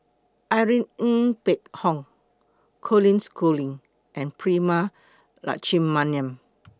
Irene Ng Phek Hoong Colin Schooling and Prema Letchumanan